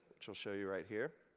which i'll show you right here.